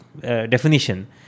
definition